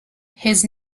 his